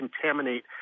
contaminate